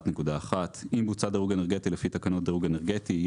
6.3.1.1 אם בוצע דירוג אנרגטי לפי תקנות דירוג אנרגטי,